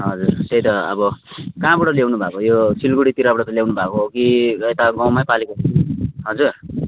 हजुर त्यही त अब कहाँबाट ल्याउनु भएको यो सिलगडीतिरबाट त ल्याउनु भएको हो कि यता गाउँमै पालेको कि हजुर